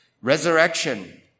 resurrection